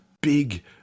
big